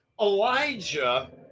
Elijah